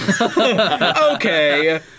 Okay